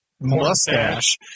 mustache